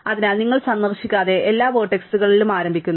അതിനാൽ നിങ്ങൾ സന്ദർശിക്കാതെ എല്ലാ വെർട്ടെക്സുകളുടെ ആരംഭിക്കുന്നു